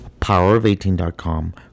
Powerof18.com